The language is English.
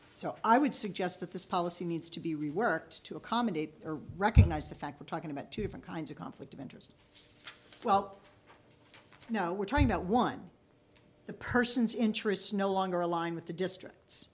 so i would suggest that this policy needs to be reworked to accommodate to recognise the fact we're talking about two different kinds of conflict of interest well now we're talking about one the person's interests no longer align with the districts